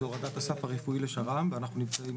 זאת הורדת הסף הרפואי לשר"ם ואנחנו נמצאים